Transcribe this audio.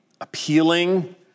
appealing